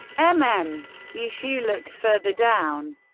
um mm. um ye xiu looked further down.